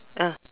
ah